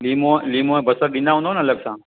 लीमो लीमो ऐं बसरु ॾींदा हूंदव न अलॻि सां